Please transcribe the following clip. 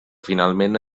finalment